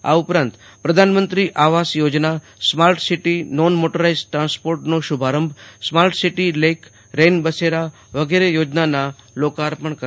આ ઉપરાંત પ્રધાનમંત્રી આવાસ યો જના સ્માર્ટ સીટી નોને મો ટરાઇઝ ટ્રાન્સપો ર્ટનો શુભારંભ સ્માર્ટ સીટી લેઇક રેઇન બસે રા વગે રે યો જનાના લો કાર્પ ણ કરશે